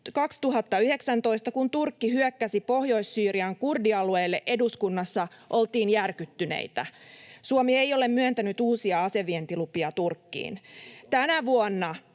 2019, kun Turkki hyökkäsi Pohjois-Syyrian kurdialueille, eduskunnassa oltiin järkyttyneitä. Suomi ei ole myöntänyt uusia asevientilupia Turkkiin. Tänä vuonna